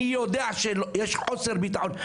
אני יודע שיש חוסר ביטחון.